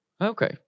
Okay